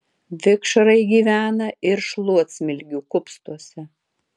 vikšrai gyvena ir šluotsmilgių kupstuose